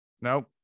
Nope